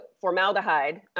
formaldehyde